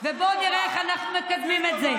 ובואו נראה איך אנחנו מקדמים את זה.